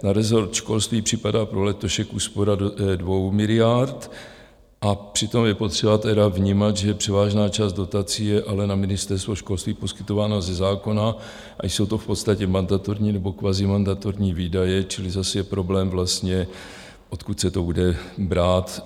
Na rezort školství připadá pro letošek úspora 2 miliard, a přitom je potřeba vnímat, že převážná část dotací je ale na Ministerstvo školství poskytována ze zákona a jsou to v podstatě mandatorní nebo kvazimandatorní výdaje, čili zase je problém, odkud se to bude brát.